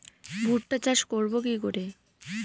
ভুট্টা চাষ করব কি করে?